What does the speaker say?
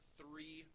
three